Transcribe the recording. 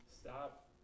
Stop